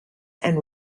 and